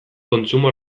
kontsumo